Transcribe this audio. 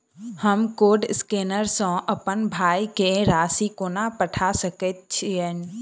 हम code scanner सँ अप्पन भाय केँ राशि कोना पठा सकैत छियैन?